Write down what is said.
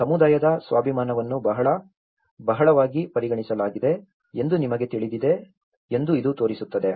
ಸಮುದಾಯದ ಸ್ವಾಭಿಮಾನವನ್ನು ಬಹಳವಾಗಿ ಪರಿಗಣಿಸಲಾಗಿದೆ ಎಂದು ನಿಮಗೆ ತಿಳಿದಿದೆ ಎಂದು ಇದು ತೋರಿಸುತ್ತದೆ